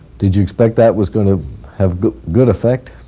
did you expect that was going to have good good effect?